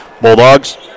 Bulldogs